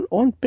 on